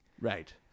Right